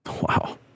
Wow